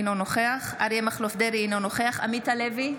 אינו נוכח אריה מכלוף דרעי, אינו נוכח עמית הלוי,